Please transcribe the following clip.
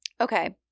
Okay